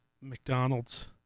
McDonald's